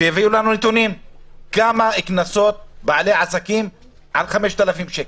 שיביאו לנו נתונים כמה קנסות על בעלי עסקים של 5,000 שקל.